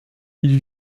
ils